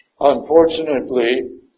Unfortunately